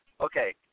Okay